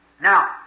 Now